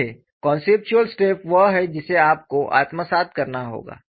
देखें conceptual step वह है जिसे आपको आत्मसात करना होगा